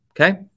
Okay